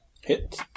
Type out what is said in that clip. Hit